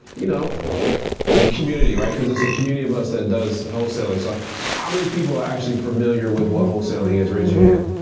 you know it's a community, right? cause it's a community of us that does wholesaling. so how many people are actually familiar with what wholesaling is, raise your hand.